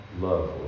Love